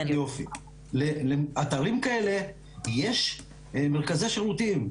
יופי, לאתרים כאלה יש מרכזי שירותים.